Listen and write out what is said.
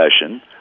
session